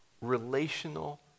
Relational